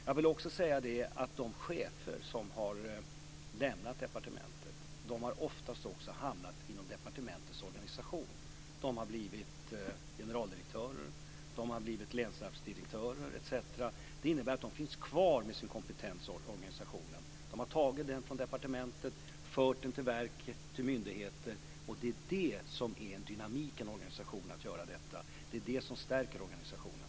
Jag vill också säga det, att de chefer som har lämnat departementet oftast också har hamnat inom departementets organisation. De har blivit generaldirektörer, länsarbetsdirektörer etc. Det innebär att de finns kvar med sin kompetens inom organisationen. De har tagit den från departementet och fört den till verk och myndigheter, och det är det som är dynamik i en organisation, att göra detta. Det är det som stärker organisationen.